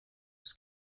was